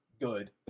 good